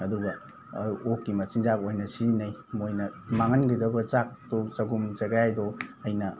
ꯑꯗꯨꯒ ꯑꯣꯛꯀꯤ ꯃꯆꯤꯟꯖꯥꯛ ꯑꯣꯏꯅ ꯁꯤꯖꯤꯟꯅꯩ ꯃꯣꯏꯅ ꯃꯥꯡꯍꯟꯈꯤꯗꯧꯕ ꯆꯥꯛꯇꯣ ꯆꯒꯨꯝ ꯆꯒꯥꯏꯗꯨ ꯑꯩꯅ